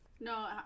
No